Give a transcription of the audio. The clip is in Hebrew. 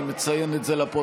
אני מציין את זה לפרוטוקול,